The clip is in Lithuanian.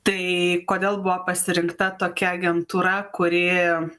tai kodėl buvo pasirinkta tokia agentūra kuri